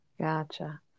Gotcha